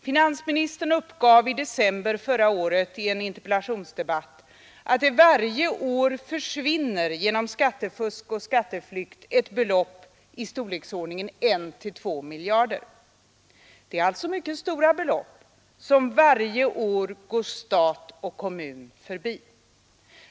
Finansministern uppgav i december förra året i en interpellationsdebatt att det varje år försvinner — genom skattefusk och skatteflykt — ett belopp i storleksordningen 1—2 miljarder. Det är alltså mycket stora belopp som varje år går stat och kommun förbi.